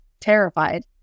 terrified